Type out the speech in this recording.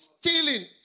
Stealing